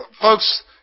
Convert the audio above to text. Folks